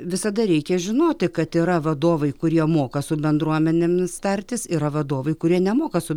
visada reikia žinoti kad yra vadovai kurie moka su bendruomenėmis tartis yra vadovai kurie nemoka su